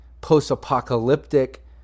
post-apocalyptic